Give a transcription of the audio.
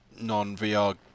non-VR